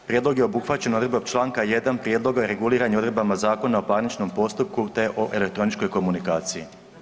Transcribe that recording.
Prijedlog je obuhvaćen odredbom čl. 1. prijedloga i reguliran je odredbama Zakona o parničnom postupku te o elektroničkoj komunikaciji.